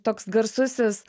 toks garsusis